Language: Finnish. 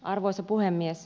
arvoisa puhemies